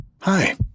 Hi